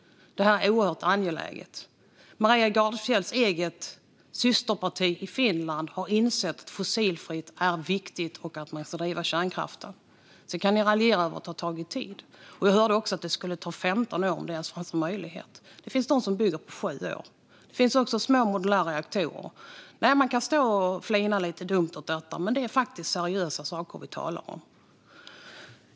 Det är oerhört angeläget. Maria Gardfjells eget systerparti i Finland har insett att fossilfritt är viktigt och att man ska driva kärnkraften. Sedan kan ni raljera över att det har tagit tid. Vi hörde också att det skulle ta 15 år, om det ens fanns en möjlighet. Det finns de som bygger på 7 år. Det finns också små modulära reaktorer. Man kan stå och flina lite dumt åt detta, men det är faktiskt seriösa saker vi talar om.